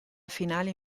finali